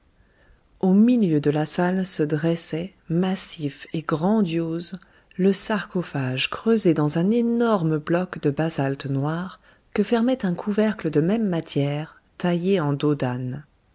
au milieu de la salle se dressait massif et grandiose le sarcophage creusé dans un énorme bloc de basalte noir que fermait un couvercle de même matière taillé en dos d'âne